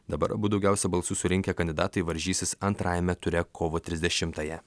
dabar abu daugiausia balsų surinkę kandidatai varžysis antrajame ture kovo trisdešimtąją